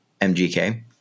MGK